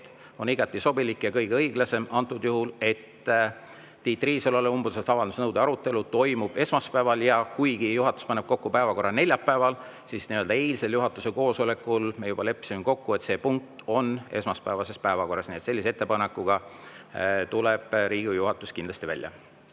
on igati sobilik ja kõige õiglasem antud juhul, et Tiit Riisalole umbusalduse avalduse nõude arutelu toimub esmaspäeval. Kuigi juhatus paneb kokku päevakorra neljapäeval, siis eilsel juhatuse koosolekul me juba leppisime kokku, et see punkt on esmaspäevases päevakorras. Nii et sellise ettepanekuga tuleb Riigikogu juhatus kindlasti välja.